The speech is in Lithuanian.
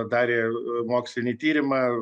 darė mokslinį tyrimą